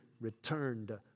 returned